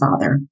father